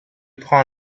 prend